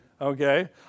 Okay